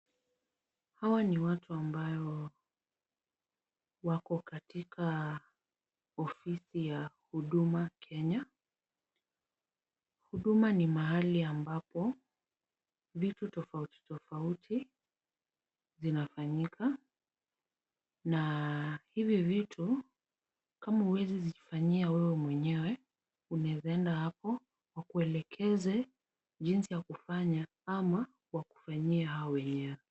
Hawa ni watu ambao wako katika ofisi ya Huduma Kenya. Huduma ni mahali ambapo vitu tofauti tofauti zinafanyika na hivi vitu kama huwezi jifanyia wewe mwenyewe unaweza enda hapo wakuelekeze jinsi ya kufanya ama wakufanyie wao wenyewe.